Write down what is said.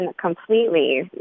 completely